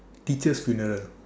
teacher's funeral